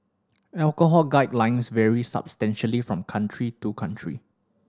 alcohol guidelines vary substantially from country to country